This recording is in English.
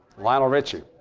lionel richie.